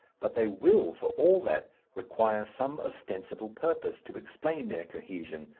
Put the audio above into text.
but they will for all that require some ostensible purpose to explain their cohesion,